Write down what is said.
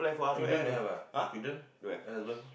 children don't have ah children or husband